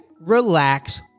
relax